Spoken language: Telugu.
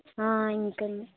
ఇంకండి